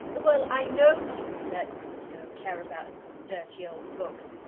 well, i know people that, you know, care about dirty old books,